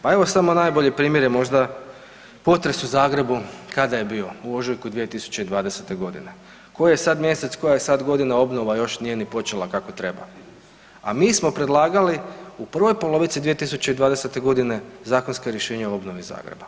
Pa evo samo najbolje primjere možda, potres u Zagrebu kada je bio u ožujku 2020. godine, koji je sad mjesec, koja je sad godina, obnova još nije ni počela kako treba, a mi smo predlagali u prvoj polovici 2020.-te godine zakonska rješenja o obnovi Zagreba.